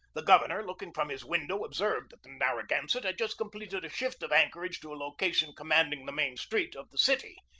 the governor, looking from his window, observed that the narragansett had just completed a shift of anchorage to a loca tion commanding the main street of the city,